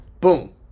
Boom